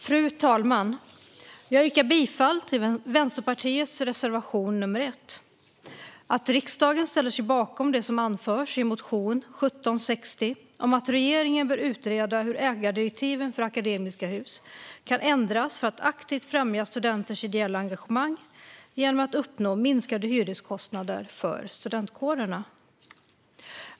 Fru talman! Jag yrkar bifall till Vänsterpartiets reservation: att riksdagen ställer sig bakom det som anförs i motion 1760 om att regeringen bör utreda hur ägardirektiven för Akademiska Hus kan ändras för att aktivt främja studenters ideella engagemang genom att uppnå minskade hyreskostnader för studentkårerna.